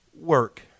work